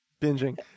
binging